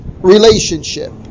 relationship